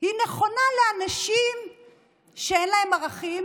היא נכונה לאנשים שאין להם ערכים